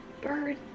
Bird